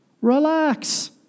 Relax